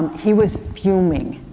he was fuming.